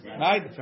Right